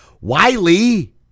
Wiley